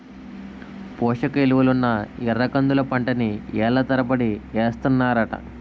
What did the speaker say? పోసకిలువలున్న ఎర్రకందుల పంటని ఏళ్ళ తరబడి ఏస్తన్నారట